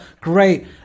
Great